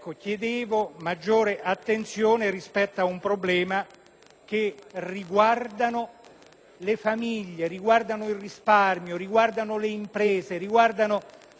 che riguarda le famiglie, il risparmio e le imprese (soprattutto quelle piccole e medie) che,